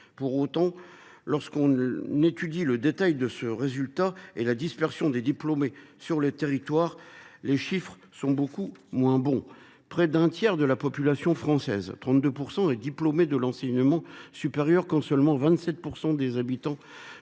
Pour autant, lorsqu’on étudie le détail de ce résultat et la répartition des diplômés sur le territoire, les chiffres sont beaucoup moins bons. Près d’un tiers de la population française – 32 %– est diplômée de l’enseignement supérieur, quand ce taux s’établit